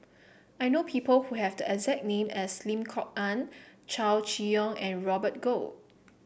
I know people who have the exact name as Lim Kok Ann Chow Chee Yong and Robert Goh